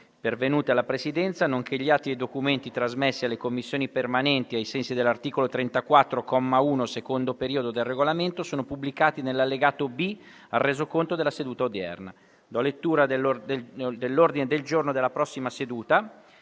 pervenute alla Presidenza, nonché gli atti e i documenti trasmessi alle Commissioni permanenti ai sensi dell'articolo 34, comma 1, secondo periodo, del Regolamento sono pubblicati nell'allegato B al Resoconto della seduta odierna. **Ordine del giorno per la seduta